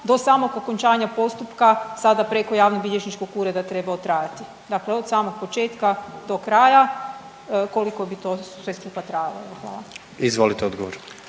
do samog okončanja postupka sada preko javnobilježničkog ureda trebao trajati? Dakle, od samog početka do kraja koliko bi to sve skupa trajalo? Hvala. **Jandroković,